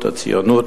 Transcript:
הציונות,